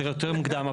צריך יותר מוקדם.